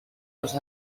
los